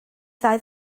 ddau